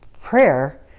prayer